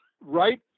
right